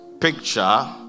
picture